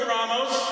Ramos